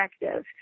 effective